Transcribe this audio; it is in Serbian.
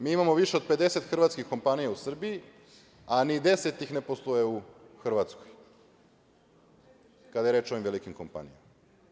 Mi imamo više od 50 hrvatskih kompanija u Srbiji, a ni 10 ih ne posluje u Hrvatskoj, kada je reč o ovim velikim kompanijama.